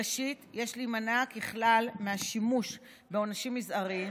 ראשית, יש להימנע ככלל מהשימוש בעונשים מזעריים,